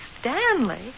Stanley